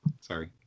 Sorry